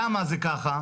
למה זה ככה?